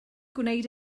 gwneud